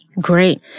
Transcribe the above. Great